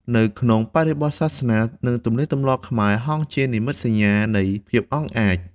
នៅក្នុងបរិបទសាសនា និងទំនៀមទម្លាប់ខ្មែរ ហង្សជានិមិត្តសញ្ញានៃភាពអង់អាច។